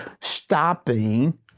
stopping